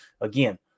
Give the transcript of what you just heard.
again